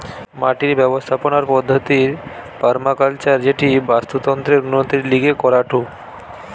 মাটির ব্যবস্থাপনার পদ্ধতির পার্মাকালচার যেটি বাস্তুতন্ত্রের উন্নতির লিগে করাঢু